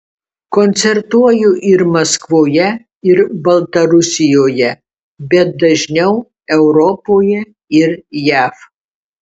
koncertuoju ir maskvoje ir baltarusijoje bet dažniau europoje ir jav